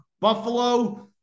Buffalo